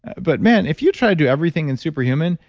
but, man, if you try to do everything in super human,